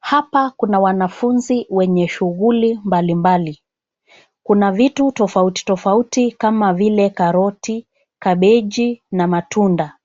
Hapa kuna wanafunzi wenye shughuli mbalimbali. Kuna vitu tofauti tofauti kama vile karoti, kabeji na matunda.